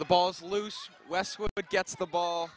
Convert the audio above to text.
the ball's loose westwood but gets the ball